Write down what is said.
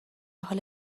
حال